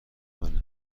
منه